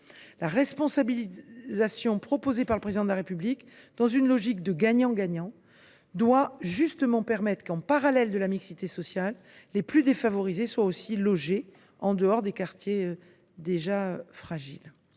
La responsabilisation proposée par le Président de la République, dans une logique de gagnant gagnant, doit justement permettre, en parallèle des objectifs de mixité sociale, aux plus défavorisés d’être aussi logés en dehors des quartiers déjà fragiles.